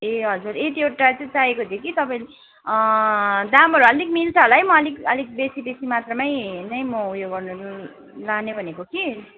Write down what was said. ए हजुर यतिवटा चाहिँ चाहिएको थियो कि तपाईँ दामहरू आलिक मिल्छ होला है म अलिक अलिक बेसी बेसी मात्रामै नै म उयो गर्ने लाने भनेको कि